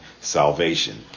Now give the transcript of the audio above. salvation